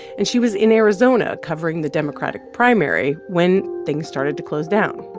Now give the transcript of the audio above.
and she was in arizona covering the democratic primary when things started to close down.